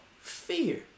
fear